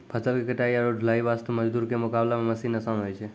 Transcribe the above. फसल के कटाई आरो ढुलाई वास्त मजदूर के मुकाबला मॅ मशीन आसान होय छै